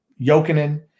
Jokinen